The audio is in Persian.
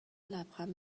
لبخند